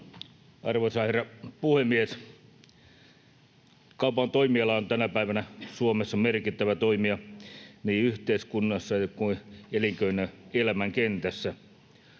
Arvoisa herra puhemies! Kaupan toimiala on tänä päivänä Suomessa merkittävä toimija niin yhteiskunnassa kuin elinkeinoelämän kentässä.